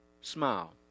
smile